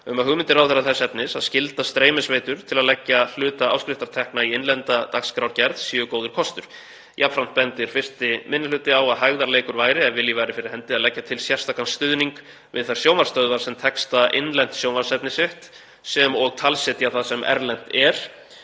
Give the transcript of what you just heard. um að hugmyndir ráðherra þess efnis að skylda streymisveitur til að leggja hluta áskriftartekna í innlenda dagskrárgerð séu góður kostur. Jafnframt bendir 1. minni hluti á að hægðarleikur væri, ef vilji væri fyrir hendi, að leggja til sérstakan stuðning við þær sjónvarpsstöðvar sem texta innlent sjónvarpsefni sitt sem og talsetja það sem erlent er.